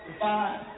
five